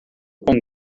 com